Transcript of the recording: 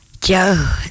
Joe